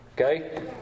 okay